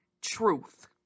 truth